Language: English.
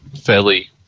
fairly